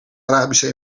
arabische